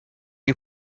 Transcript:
you